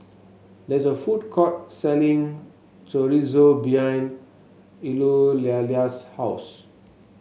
there is a food court selling Chorizo behind Eulalia's house